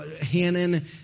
Hannon